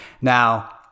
Now